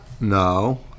No